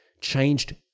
changed